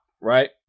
right